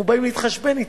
אנחנו באים להתחשבן אתם.